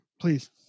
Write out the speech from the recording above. Please